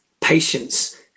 patience